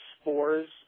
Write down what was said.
spores